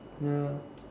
ya